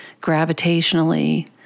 gravitationally